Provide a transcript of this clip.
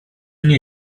nie